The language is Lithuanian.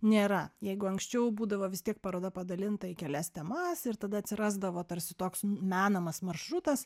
nėra jeigu anksčiau būdavo vis tiek paroda padalinta į kelias temas ir tada atsirasdavo tarsi toks menamas maršrutas